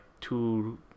two